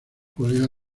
colega